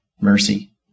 mercy